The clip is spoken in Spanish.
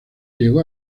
llegó